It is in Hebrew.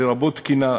לרבות תקינה,